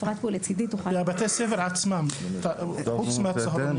ובבתי הספר עצמם חוץ מהצהרונים?